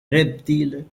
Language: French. reptiles